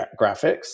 graphics